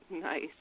nice